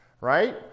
right